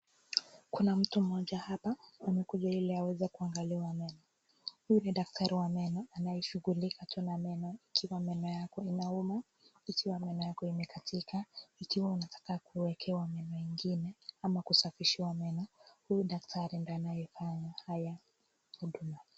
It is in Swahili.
Kuna mtu mmoja hapa amekuja ili aweze kuangaliwa meno. Huyu ni daktari wa meno anayeshughulika tu na meno kama meno yako inauma, ikiwa imekatika, ikiwa unataka kuekewa meno ingine ama kusafishiwa meno, huyu daktari ndio anayefanya haya huduma